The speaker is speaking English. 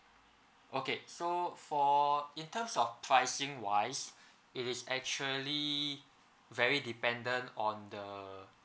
okay so for in terms of pricing wise it is actually very dependent on the